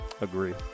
Agree